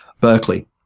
Berkeley